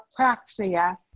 apraxia